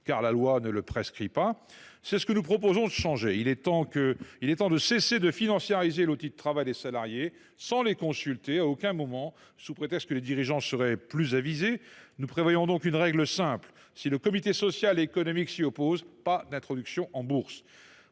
car la loi ne le prescrit pas. C’est ce que nous proposons de changer. Il est temps de mettre un terme à la financiarisation de l’outil de travail des salariés sans les consulter à aucun moment, sous prétexte que les dirigeants seraient plus avisés. Nous suggérons donc une règle simple : si le comité social et économique (CSE) s’oppose à l’introduction en bourse,